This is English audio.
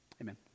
Amen